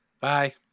bye